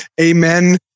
amen